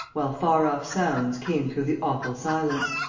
while far-off sounds came through the awful silence.